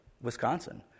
Wisconsin